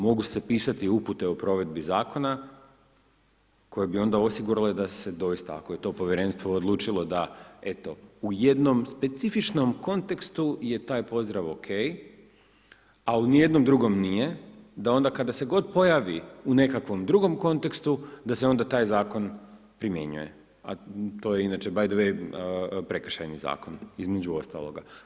Mogu se pisati upute o provedbi zakona koje bi onda osigurale da se doista, ako je to Povjerenstvo odlučilo, da eto u jednom specifičnom kontekstu je taj pozdrav okej, a u nijednom drugom nije, da onda kada se god pojavi u nekom drugom kontekstu, da se onda taj zakon primjenjuje, a to je inače by the way, prekršajni zakon, između ostaloga.